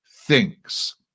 thinks